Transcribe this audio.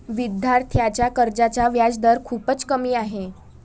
विद्यार्थ्यांच्या कर्जाचा व्याजदर खूपच कमी आहे